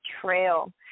trail